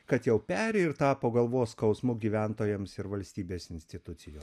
kad jau perėjo ir tapo galvos skausmu gyventojams ir valstybės institucijom